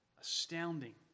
Astounding